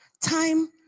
Time